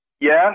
Yes